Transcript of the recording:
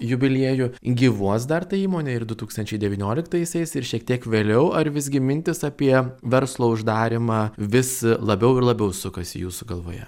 jubiliejų gyvuos dar ta įmonė ir du tūkstančiai devynioliktaisiais ir šiek tiek vėliau ar visgi mintys apie verslo uždarymą vis labiau ir labiau sukasi jūsų galvoje